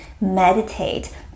meditate